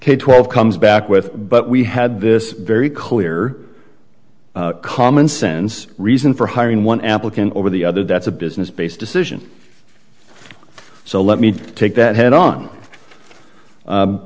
k twelve comes back with but we had this very clear common sense reason for hiring one applicant over the other that's a business based decision so let me take that head on